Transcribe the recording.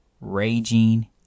raging